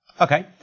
Okay